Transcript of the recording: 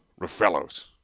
Ruffellos